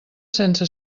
sense